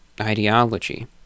ideology